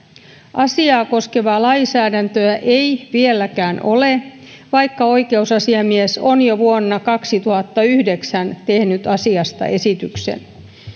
asiaa koskevaa lainsäädäntöä ei vieläkään ole vaikka oikeusasiamies on jo vuonna kaksituhattayhdeksän tehnyt asiasta esityksen